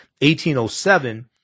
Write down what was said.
1807